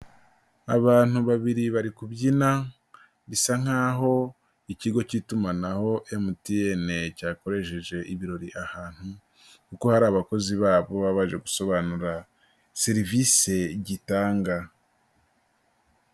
Abantu babiri bari kubyina, bisa nk'aho ikigo cy'itumanaho MTN cyakoresheje ibirori ahantu, kuko hari abakozi babo baba baje gusobanura serivisi gitanga.